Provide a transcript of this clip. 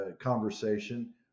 conversation